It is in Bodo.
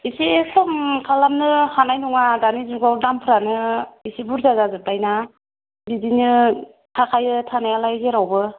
एसे खम खालामनो हानाय नङा दानि जुगआव दामफोरानो एसे बुरजा जाजोबबाय ना बिदिनो थाखायो थानायालाय जेरावबो